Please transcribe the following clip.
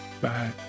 Bye